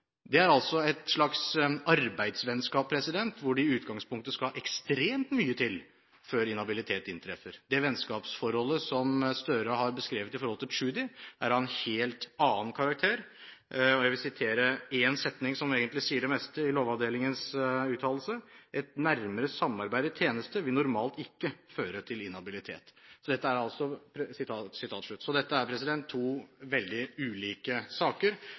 Det er altså et slags arbeidsvennskap, hvor det i utgangspunktet skal ekstremt mye til før inhabilitet inntreffer. Det vennskapsforholdet som Gahr Støre har beskrevet når det gjelder Tschudi, er av en helt annen karakter. Jeg vil sitere én setning – som egentlig sier det meste – i Lovavdelingens uttalelse: «Et nærmere samarbeid i tjenesten vil normalt ikke føre til inhabilitet.» Dette er